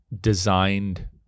designed